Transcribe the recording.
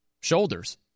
shoulders